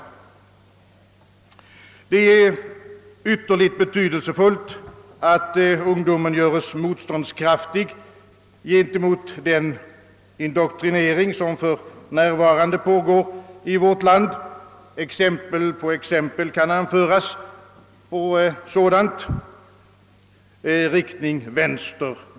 Det är ytterligt betydelsefullt, att ungdomen göres motståndskraftig mot den indoktrinering som för närvarande pågår i vårt land. Exempel på exempel kan anföras på sådan, i riktning vänster.